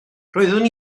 roeddwn